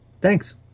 Thanks